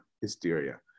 hysteria